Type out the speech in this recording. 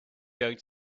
going